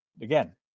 again